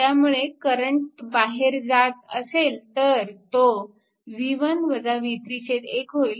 त्यामुळे करंट बाहेर जात असेल तर तो 1 होईल